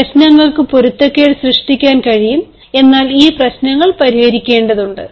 പ്രശ്നങ്ങൾക്ക് പൊരുത്തക്കേട് സൃഷ്ടിക്കാൻ കഴിയും എന്നാൽ ഈ പ്രശ്നങ്ങൾ പരിഹരിക്കേണ്ടതുണ്ട്